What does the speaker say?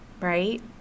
right